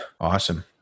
Awesome